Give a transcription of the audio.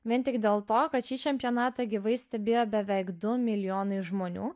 vien tik dėl to kad šį čempionatą gyvai stebėjo beveik du milijonai žmonių